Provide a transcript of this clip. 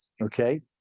Okay